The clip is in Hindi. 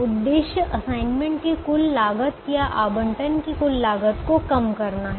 उद्देश्य असाइनमेंट की कुल लागत या आवंटन की कुल लागत को कम करना है